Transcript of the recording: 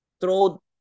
throw